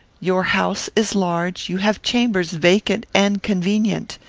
your house is large. you have chambers vacant and convenient.